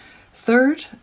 Third